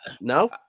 No